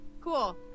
Cool